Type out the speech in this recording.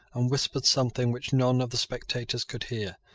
and whispered something which none of the spectators could hear,